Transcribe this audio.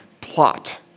plot